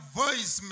voice